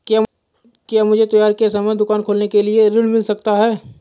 क्या मुझे त्योहार के समय दुकान खोलने के लिए ऋण मिल सकता है?